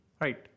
right